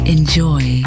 Enjoy